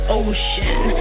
ocean